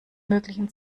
möglichen